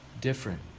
Different